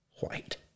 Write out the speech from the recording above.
white